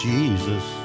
Jesus